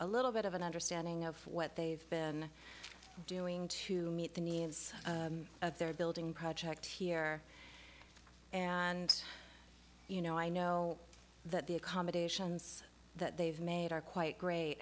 a little bit of an understanding of what they've been doing to meet the needs of their building project here and you know i know that the accommodations that they've made are quite great